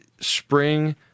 spring